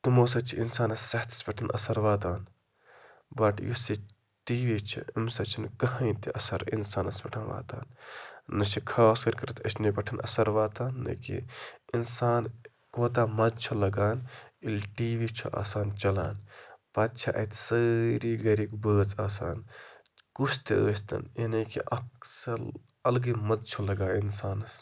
تِمو سۭتۍ چھِ انسانَس صحتَس پٮ۪ٹھ اَثَر واتان بَٹ یُس یہِ ٹی وی چھُ اَمۍ سۭتۍ چھُنہٕ کٕہۭنۍ تہِ اَثَر اِنسانَس پٮ۪ٹھ واتان نَہ چھِ خاص کَر کٔرِتھ أچھنٕے پٮ۪ٹھ اَثَر واتان نَہ کہِ اِنسان کوتاہ مَزٕ چھُ لَگان ییٚلہِ ٹی وی چھُ آسان چلان پَتہٕ چھِ اَتہِ سٲری گَرِکۍ بٲژ آسان کُس تہِ ٲسۍ تَن یعنی کہِ اَکھ سَل اَلگٕے مَزٕ چھُ لَگان اِنسانَس